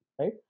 right